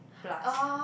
plus